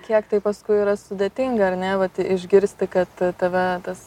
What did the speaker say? kiek tai paskui yra sudėtinga ar ne vat išgirsti kad tave tas